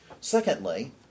Secondly